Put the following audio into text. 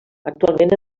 actualment